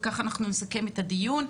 וככה אנחנו נסכם את הדיון,